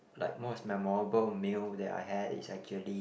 like most memorable meal that I had is actually